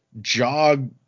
jog